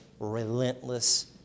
relentless